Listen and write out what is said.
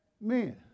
men